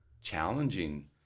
challenging